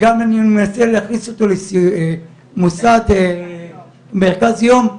ואני מנסה להכניס אותו למרכז יום,